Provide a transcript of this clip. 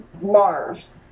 mars